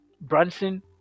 Branson